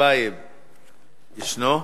טיבייב ישנו?